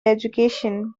education